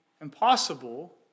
impossible